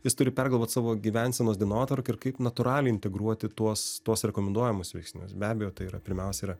jis turi pergalvot savo gyvensenos dienotvarkę ir kaip natūraliai integruoti tuos tuos rekomenduojamus veiksnius be abejo tai yra pirmiausia yra